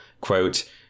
quote